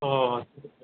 অঁ